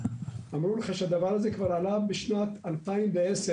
אמרו לך שהדבר הזה כבר עלה בשנת 2010,